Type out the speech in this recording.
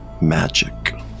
magic